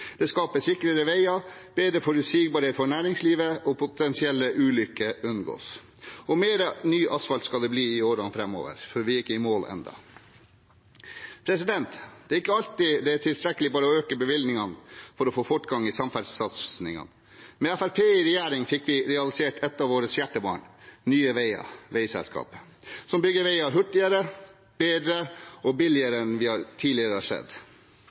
Det skaper sikrere veier og større forutsigbarhet for næringslivet, og potensielle ulykker unngås. Og mer ny asfalt skal det bli i årene framover, for vi er ikke i mål ennå. Det er ikke alltid det er tilstrekkelig bare å øke bevilgningene for å få fortgang i samferdselssatsingene. Med Fremskrittspartiet i regjering fikk vi realisert et av våre hjertebarn – veiselskapet Nye veier, som bygger veier hurtigere, bedre og billigere enn vi tidligere har